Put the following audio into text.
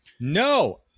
No